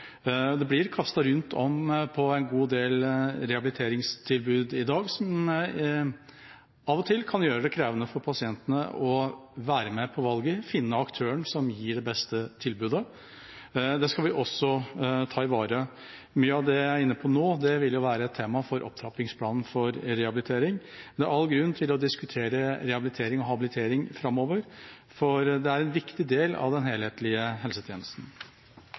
benyttet. Det blir kastet rundt om på en god del rehabiliteringstilbud i dag, som av og til kan gjøre det krevende for pasientene å være med på valget og finne aktøren som gir det beste tilbudet. Det skal vi også ivareta. Mye av det jeg er inne på nå, vil være et tema for opptrappingsplanen for rehabilitering, men det er all grunn til å diskutere rehabilitering og habilitering framover, for det er en viktig del av den helhetlige helsetjenesten.